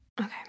Okay